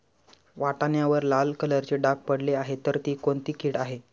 वाटाण्यावर लाल कलरचे डाग पडले आहे तर ती कोणती कीड आहे?